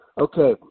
Okay